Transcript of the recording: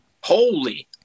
Holy